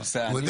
היחיד?